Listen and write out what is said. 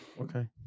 Okay